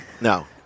no